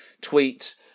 tweet